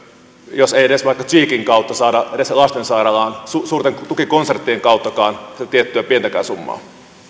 jos ei edes vaikka cheekin kautta saada lastensairaalaan suurten tukikonserttien kauttakaan tiettyä pientäkään summaa